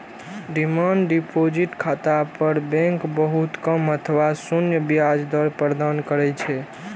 demand deposit खाता पर bank बहुत कम अथवा शून्य ब्याज दर प्रदान करै छै